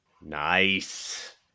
nice